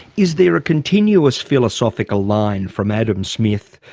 is there a continuous philosophical line from adam smith,